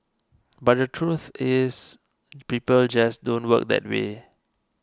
but the truth is people just don't work that way